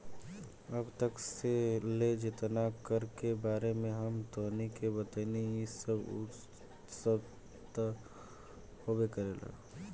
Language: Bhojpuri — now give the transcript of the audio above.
अब तक ले जेतना कर के बारे में हम तोहनी के बतइनी हइ उ सब त होबे करेला